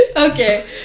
Okay